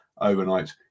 overnight